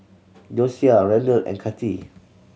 Josiah Randle and Kati